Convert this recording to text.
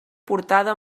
portada